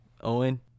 Owen